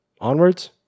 Onwards